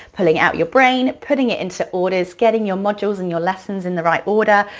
pulling out your brain, putting it into orders, getting your modules and your lessons in the right order,